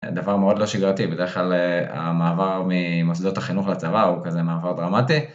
דבר מאוד לא שגרתי. בדרך כלל המעבר ממוסדות החינוך לצבא הוא כזה מעבר דרמטי